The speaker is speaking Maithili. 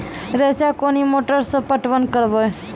रेचा कोनी मोटर सऽ पटवन करव?